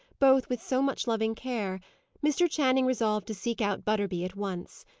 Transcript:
both with so much loving care mr. channing resolved to seek out butterby at once.